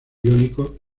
iónicos